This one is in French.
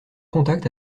contact